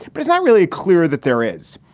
but it's not really clear that there is.